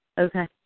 Okay